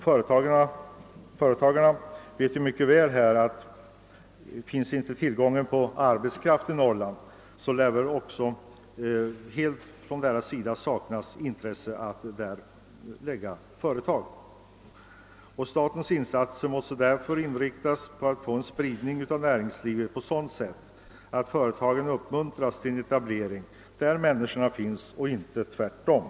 Företagarna vet mycket väl att finns det ingen tillgång till arbetskraft i Norrland lär intresse från deras sida helt saknas för att förlägga företag dit. Statens insatser måste därför inriktas på att få en spridning av näringslivet på sådant sätt att företagen uppmuntras till en etablering, där människorna finns, och inte tvärtom.